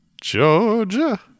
Georgia